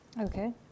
Okay